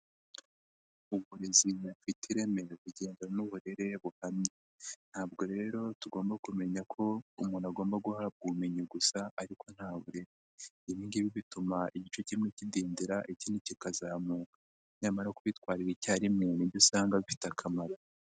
Uburezi bufite ireme bugengwa n'uburere buhamye, ntabwo rero tugomba kumenya ko umuntu agomba guhabwa ubumenyi gusa ariko nta burere, ibi ngibi bituma igice kimwe kidindira ikindi kikazamuka nyamara kubitwarira icyarimwe nibyo usanga bifite akamaro.